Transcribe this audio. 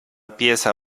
pieza